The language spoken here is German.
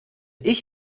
ich